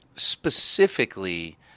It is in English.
Specifically